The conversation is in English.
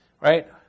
Right